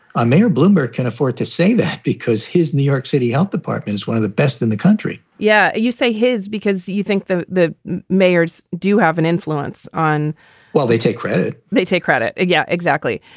mayor bloomberg can afford to say that because his new york city health department is one of the best in the country yeah. you say his because you think the the mayor's do have an influence on while they take credit. they take credit. yeah, exactly.